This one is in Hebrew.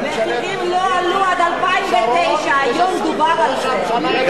המחירים לא עלו עד 2009. היום דובר על זה.